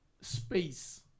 space